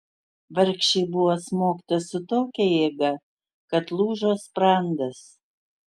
vargšei buvo smogta su tokia jėga kad lūžo sprandas